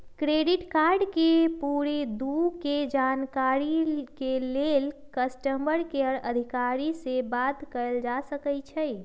credit card के पूरे दू के जानकारी के लेल कस्टमर केयर अधिकारी से बात कयल जा सकइ छइ